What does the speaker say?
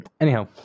anyhow